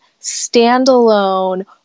standalone